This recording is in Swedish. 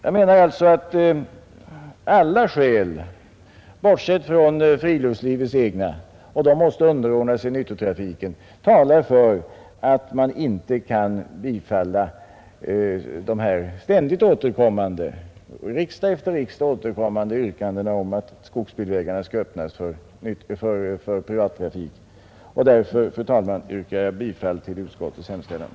Jag menar att alla skäl — bortsett från friluftslivets egna, och de måste underordna sig nyttotrafiken — talar för att man inte skall bifalla dessa riksdag efter riksdag återkommande yrkanden om att skogsbilvägarna skall öppnas för privata transporter. Därför, fru talman, yrkar jag bifall till utskottets hemställan.